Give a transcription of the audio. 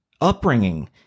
upbringing